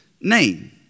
name